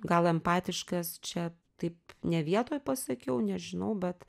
gal empatiškas čia taip ne vietoj pasakiau nežinau bet